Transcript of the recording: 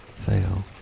fail